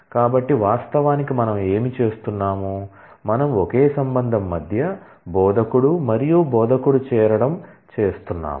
కాబట్టి వాస్తవానికి మనం ఏమి చేస్తున్నాము మనం ఒకే రిలేషన్ మధ్య బోధకుడు మరియు బోధకుడు చేరడం చేస్తున్నాము